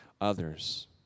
others